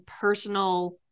personal